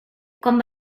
quan